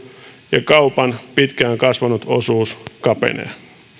ja kaupan pitkään kasvanut osuus kapenee